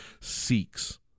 seeks